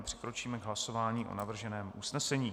Přikročíme k hlasování o navrženém usnesení.